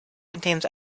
contains